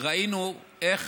ראינו איך